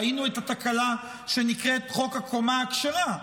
ראינו את התקלה שנקראת חוק הקומה הכשרה,